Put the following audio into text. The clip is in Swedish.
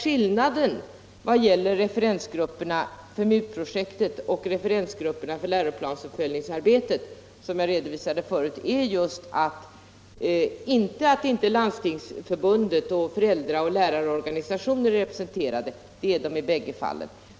Skillnaden mellan referensgrupperna för MUT-projektet och referensgrupperna för läroplansuppföljningsarbetet, som jag redovisade förut, är ju inte att Landstingsförbundet och föräldraoch lärarorganisationer är representerade — det är de i bägge fallen.